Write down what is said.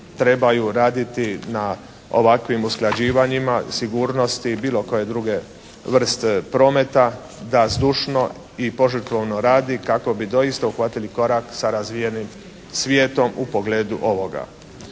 trebaju raditi na ovakvim usklađivanjima, sigurnosti, bilo koje druge vrste prometa da zdušno i požrtvovno radi kako bi doista uhvatili korak sa razvijenim svijetom u pogledu ovoga